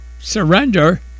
surrender